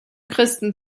christen